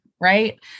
right